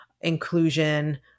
inclusion